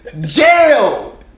Jail